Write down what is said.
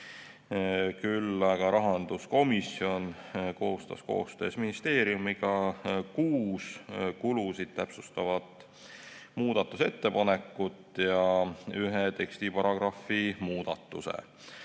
koostas rahanduskomisjon koostöös ministeeriumiga kuus kulusid täpsustavat muudatusettepanekut ja ühe tekstiparagrahvi muudatuse.